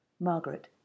Margaret